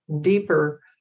deeper